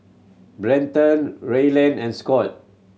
Brenton Ryland and Scot